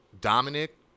Dominic